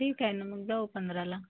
ठीक आहे ना मग जाऊ पंधराला